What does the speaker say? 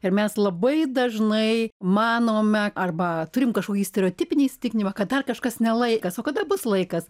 ir mes labai dažnai manome arba turim kažkokį stereotipinį įsitikinimą kad ar kažkas ne laikas o kada bus laikas